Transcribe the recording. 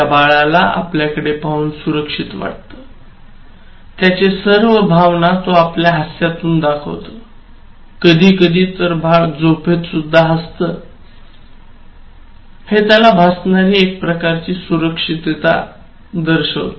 त्या बाळाला आपल्याकडे पाहून सुरक्षित वाटत त्याचे सर्व भावना तो आपल्या हास्यातुन दाखवतं कधीकधी तर बाळ झोपेतसुद्धा हसत असतो हे त्याला भासणारी सुरक्षितता दर्शवते